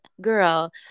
girl